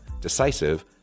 decisive